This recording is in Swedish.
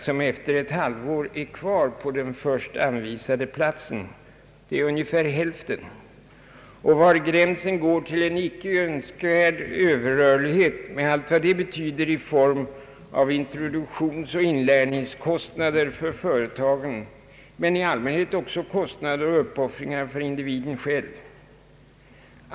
som efter ett halvår är kvar på den först anvisade platsen — det är ungefär hälften — och om var grän sen går till en icke önskvärd överrörlighet med allt vad det betyder i form av introduktionsoch inlärningskostnader för företagen, men i allmänhet också kostnader och uppoffringar för individen själv.